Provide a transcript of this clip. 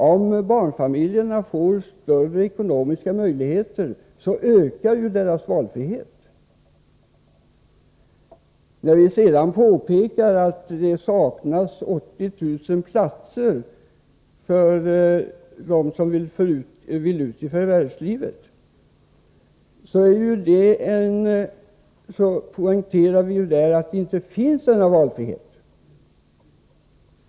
Om barnfamiljerna får större ekonomiska möjligheter, ökar ju deras valfrihet. När vi framhåller att det saknas 80 000 platser för dem som vill ut i förvärvslivet, poängterar vi ju därmed att det brister i fråga om valfriheten.